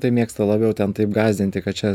tai mėgsta labiau ten taip gąsdinti kad čia